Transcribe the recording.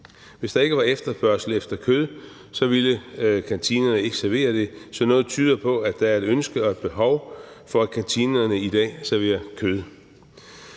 hvis der ikke var efterspørgsel efter kød, ville kantinerne ikke servere det, så noget tyder på, at der er et ønske om og et behov for, at kantinerne i dag serverer kød.